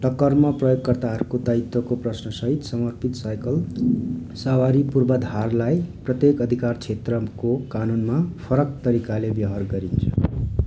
टक्करमा प्रयोगकर्ताहरूको दायित्वको प्रश्नसहित समर्पित साइकल सवारी पूर्वाधारलाई प्रत्येक अधिकार क्षेत्रको कानुनमा फरक तरिकाले व्यवहार गरिन्छ